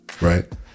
right